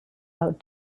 out